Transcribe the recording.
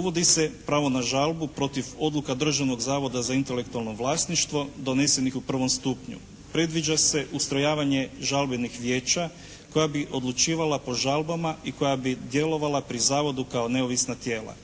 uvodi se pravo na žalbu protiv odluka Državnog zavoda za intelektualno vlasništvo donesenih u prvom stupnju. Predviđa se ustrojavanje žalbenih vijeća koja bi odlučivala po žalbama i koja bi djelovala pri zavodu kao neovisna tijela.